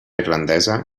irlandesa